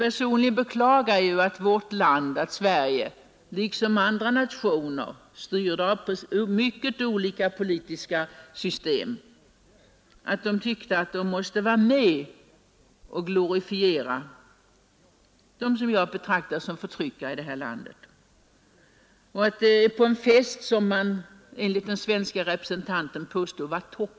Personligen beklagar jag att vårt land liksom andra nationer, styrda av mycket olika politiska system, tyckte att vi måste vara med på denna fest, som f. ö. den svenske representanten påstod vara ”toppen”, och därmed glorifierade dem som jag betraktar såsom förtryckare i sitt land.